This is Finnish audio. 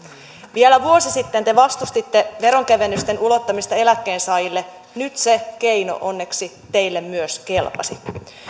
vielä vuosi sitten te vastustitte veronkevennysten ulottamista eläkkeensaajille nyt se keino onneksi teille myös kelpasi